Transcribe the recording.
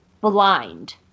Blind